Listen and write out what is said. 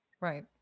Right